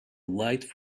light